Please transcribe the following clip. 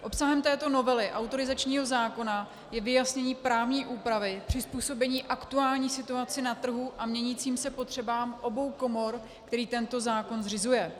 Obsahem této novely autorizačního zákona je vyjasnění právní úpravy, přizpůsobení aktuální situaci na trhu a měnícím se potřebám obou komor, který tento zákon zřizuje.